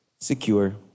secure